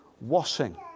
washing